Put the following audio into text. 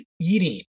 eating